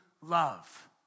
love